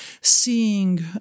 seeing